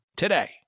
today